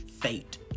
fate